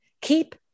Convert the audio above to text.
Keep